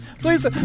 Please